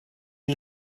you